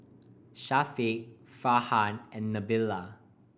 Syafiq Farhan and Nabila